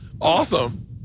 Awesome